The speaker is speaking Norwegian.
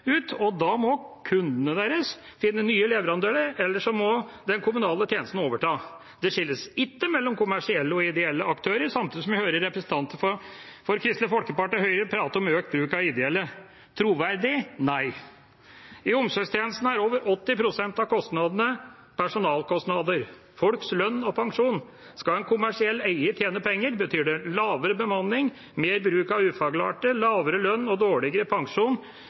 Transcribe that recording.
ut, og da må kundene deres finne nye leverandører, eller så må den kommunale tjenesten overta. Det skilles ikke mellom kommersielle og ideelle aktører, samtidig som jeg hører representanter fra Kristelig Folkeparti og Høyre prate om økt bruk av ideelle. Troverdig? Nei. I omsorgstjenesten er over 80 pst. av kostnadene personalkostnader – folks lønn og pensjon. Skal en kommersiell eier tjene penger, betyr det lavere bemanning, mer bruk av ufaglærte, lavere lønn og dårligere pensjon